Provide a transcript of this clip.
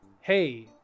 hey